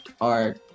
art